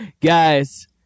Guys